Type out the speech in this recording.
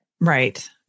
Right